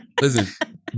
Listen